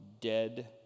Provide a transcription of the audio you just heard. dead